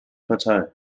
partei